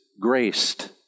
graced